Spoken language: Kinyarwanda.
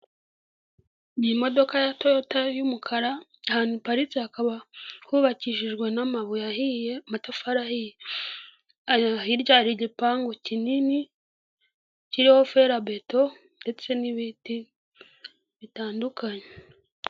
Ni imodoka ya toyota y'umukara ahantu iparitse hakaba hubakishijwe n'amabuye ahiye amatafarihi hirya ari igipangu kinini kirimo fera beto ndetse n'ibiti bitandukanye.